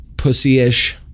pussy-ish